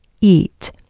eat